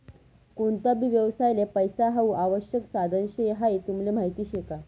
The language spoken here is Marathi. कोणता भी व्यवसायले पैसा हाऊ आवश्यक साधन शे हाई तुमले माहीत शे का?